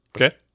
Okay